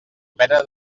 pera